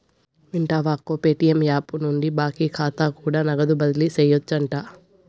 వింటివా అక్కో, Paytm app నుండి బాకీ కాతా కూడా నగదు బదిలీ సేయొచ్చంట